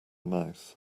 mouth